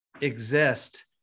exist